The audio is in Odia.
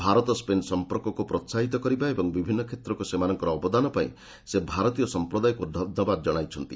ଭାରତ ସ୍କେନ୍ ସଂପର୍କକୁ ପ୍ରୋସାହିତ କରିବା ଏବଂ ବିଭିନ୍ନ କ୍ଷେତ୍ରକୁ ସେମାନଙ୍କର ଅବଦାନ ପାଇଁ ସେ ଭାରତୀୟ ସଂପ୍ରଦାୟକୁ ଧନ୍ୟବାଦ କଶାଇଛନ୍ତି